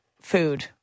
food